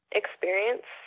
experience